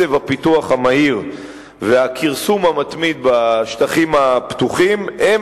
הפיתוח המהיר והכרסום המתמיד בשטחים הפתוחים הם